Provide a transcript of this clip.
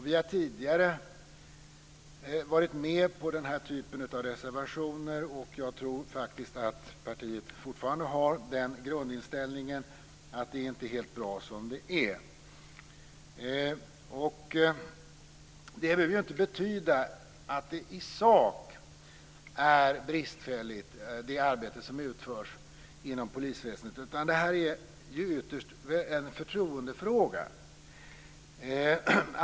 Vi har tidigare varit med på den här typen av reservationer, och jag tror faktiskt att partiet fortfarande har den grundinställningen att det inte är helt bra om det är. Det behöver ju inte betyda att det i sak är bristfälligt, det arbete som utförs inom polisväsendet. Det här är ju ytterst en förtroendefråga.